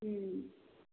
हुँ